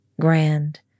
Grand